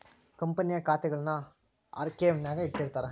ಕಂಪನಿಯ ಖಾತೆಗುಳ್ನ ಆರ್ಕೈವ್ನಾಗ ಇಟ್ಟಿರ್ತಾರ